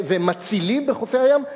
ומצילים בחופי הים?